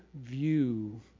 view